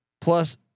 plus